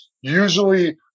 usually